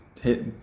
hit